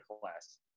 class